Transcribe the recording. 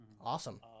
awesome